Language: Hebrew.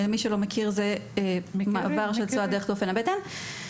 שזה מעבר צואה דרך כפל הבטן.